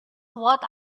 what